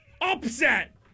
upset